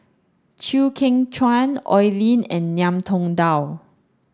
Chew Kheng Chuan Oi Lin and Ngiam Tong Dow